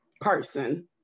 person